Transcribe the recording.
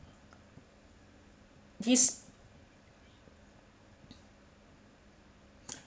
his